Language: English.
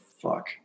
fuck